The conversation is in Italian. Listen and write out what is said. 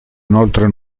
inoltre